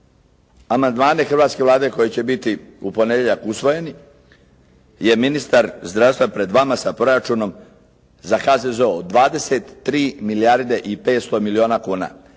amandmane hrvatske Vlade koji će biti u ponedjeljak usvojeni je ministar zdravstva pred vama sa proračunom za HZZO 23 milijarde i 500 milijuna kuna.